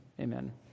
amen